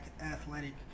athletic